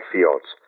Fields